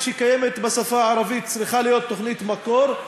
שקיימת בשפה הערבית צריכה להיות תוכנית מקור,